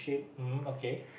mm okay